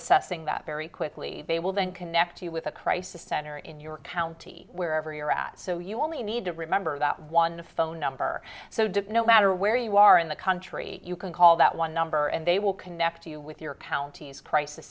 assessing that very quickly they will then connect you with a crisis center in your county wherever you're at so you only need to remember that one phone number so does no matter where you are in the country you can call that one number and they will connect you with your county's cri